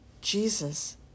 Jesus